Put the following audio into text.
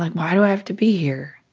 like why do i have to be here?